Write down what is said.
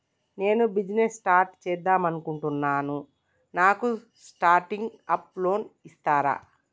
నేను business start చేద్దామనుకుంటున్నాను నాకు స్టార్టింగ్ అప్ లోన్ ఇస్తారా?